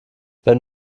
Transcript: wenn